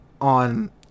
on